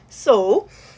so